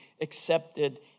accepted